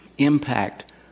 Impact